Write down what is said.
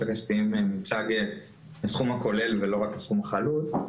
הכספיים מוצג הסכום הכולל ולא רק הסכום החלוט,